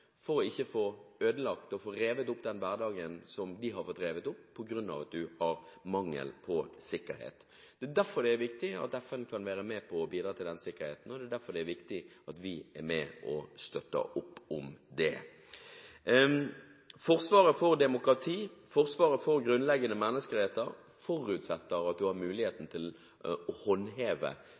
at de ikke skal få ødelagt og revet opp den hverdagen de har fått revet opp på grunn av manglende sikkerhet. Derfor er det viktig at FN kan være med på å bidra til den sikkerheten, derfor er det viktig at vi er med og støtter opp om det. Forsvaret for demokrati og forsvaret for grunnleggende menneskerettigheter forutsetter at man har mulighet for å håndheve rettssamfunn, og at man har muligheten til å håndheve